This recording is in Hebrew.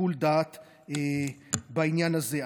שיקול דעת בעניין הזה.